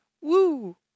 Woo